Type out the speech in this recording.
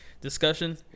discussion